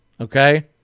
Okay